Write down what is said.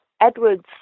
Edward's